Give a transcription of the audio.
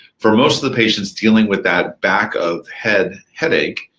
for most of the patients dealing with that back of head headache,